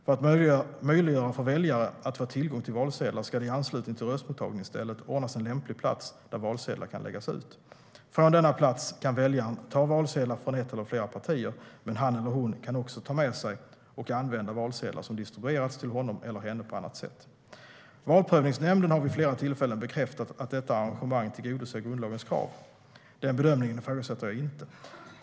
För att möjliggöra för väljare att få tillgång till valsedlar ska det i anslutning till röstmottagningsstället ordnas en lämplig plats där valsedlar kan läggas ut. Från denna plats kan väljaren ta valsedlar från ett eller flera partier, men han eller hon kan också ta med sig och använda valsedlar som distribuerats till honom eller henne på annat sätt. Valprövningsnämnden har vid flera tillfällen bekräftat att detta arrangemang tillgodoser grundlagens krav. Den bedömningen ifrågasätter jag inte.